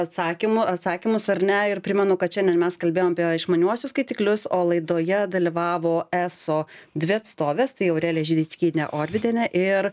atsakymų atsakymus ar ne ir primenu kad šiandien mes kalbėjom apie išmaniuosius skaitiklius o laidoje dalyvavo eso dvi atstovės tai aurelija žideckienė orvidienė ir